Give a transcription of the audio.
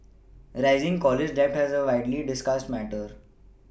rising college debt has a widely discussed matter